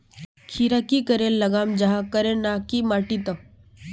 खीरा की करे लगाम जाहाँ करे ना की माटी त?